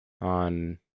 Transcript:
on